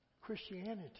Christianity